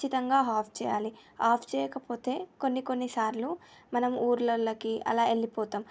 ఖచ్చితంగా ఆఫ్ చేయాలి ఆఫ్ చేయకపోతే కొన్ని కొన్ని సార్లు మనం ఊర్లోలోకి అలా వెళ్ళిపోతాం